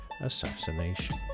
assassination